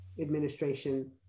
administration